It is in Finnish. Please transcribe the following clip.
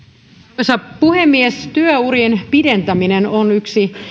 arvoisa puhemies työurien pidentäminen on yksi